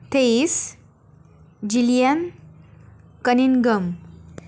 this Gillian Cunningham